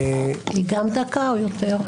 היא גם דקה או יותר?